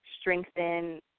strengthen